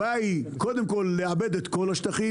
הבעיה היא, קודם כל, לעבד את כל השטחים.